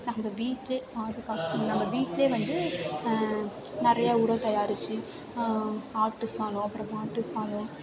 நம்ம வீட்டிலே நம்ம வீட்டிலையே வந்து நிறையா உரம் தயாரிச்சு ஆட்டு சாணம் அப்புறம் மாட்டு சாணம்